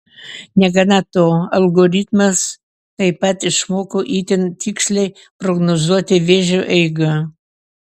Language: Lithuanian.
negana to algoritmas taip pat išmoko itin tiksliai prognozuoti vėžio eigą